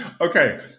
Okay